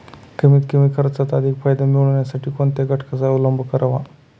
कमीत कमी खर्चात अधिक फायदा मिळविण्यासाठी कोणत्या घटकांचा अवलंब करावा?